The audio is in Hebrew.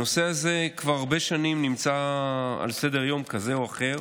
הנושא הזה כבר הרבה שנים נמצא על סדר-יום כזה או אחר.